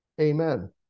Amen